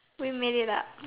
we made it up